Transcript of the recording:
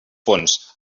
fons